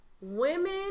women